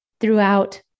throughout